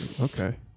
Okay